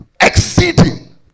exceeding